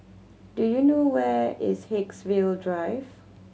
do you know where is Haigsville Drive